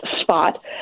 spot